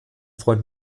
freund